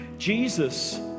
Jesus